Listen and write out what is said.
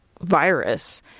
virus